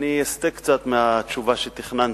אני אסטה קצת מהתשובה שתכננתי,